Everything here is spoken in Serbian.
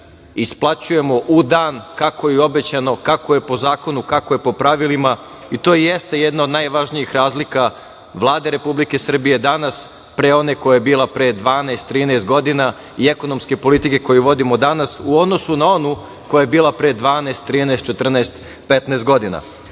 isplaćujemo u dan kako je i obećano, kako je po zakonu, kako je po pravilima i to jeste jedna od najvažnijih razlika Vlade Republike Srbije danas pre one koja je bila pre dvanaest, trinaest godina i ekonomske politike koju vodimo danas u odnosu na onu koja je bila dvanaest, trinaest,